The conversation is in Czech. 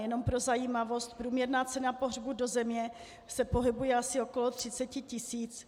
Jenom pro zajímavost, průměrná cena pohřbu do země se pohybuje asi okolo 30 tisíc.